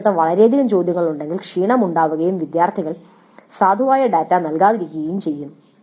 മറുവശത്ത് വളരെയധികം ചോദ്യങ്ങളുണ്ടെങ്കിൽ ക്ഷീണം ഉണ്ടാവുകയും വിദ്യാർത്ഥികൾ സാധുവായ ഡാറ്റ നൽകാതിരിക്കുകയും ചെയ്യും